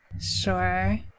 Sure